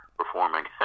performing